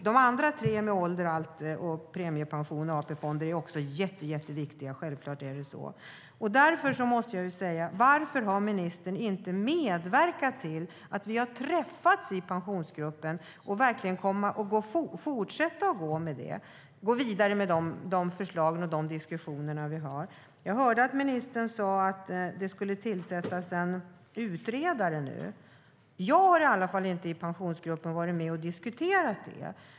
De andra tre, om ålder, premiepension och AP-fonder, är också jätteviktiga. Självklart är det så. Därför måste jag fråga: Varför har ministern inte medverkat till att vi har träffats i Pensionsgruppen för att gå vidare med de förslag och de diskussioner som vi har? Jag hörde att ministern sade att det nu skulle tillsättas en utredare. Jag har i alla fall inte i Pensionsgruppen varit med och diskuterat det.